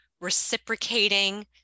reciprocating